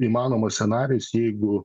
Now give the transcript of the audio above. įmanomas scenarijus jeigu